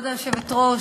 כבוד היושבת-ראש,